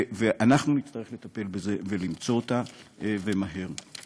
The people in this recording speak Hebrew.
ואנחנו נצטרך לטפל בזה ולמצוא אותה ומהר.